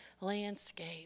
landscape